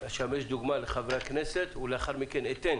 אשמש דוגמה לחברי הכנסת, ולאחר מכן אתן